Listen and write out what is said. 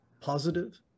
positive